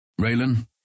Raylan